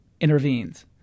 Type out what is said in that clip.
intervenes